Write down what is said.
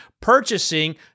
purchasing